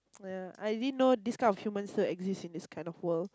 ya I didn't know this kind of human so exist in this kind of world